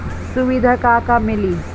सुविधा का का मिली?